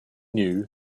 knew